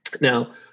now